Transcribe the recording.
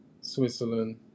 Switzerland